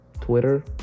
Twitter